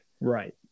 Right